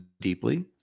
deeply